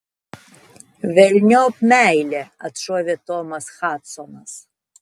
velniop meilę atšovė tomas hadsonas